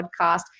podcast